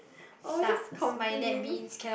always complain